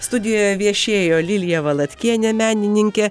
studijoje viešėjo lilija valatkienė menininkė